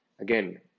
Again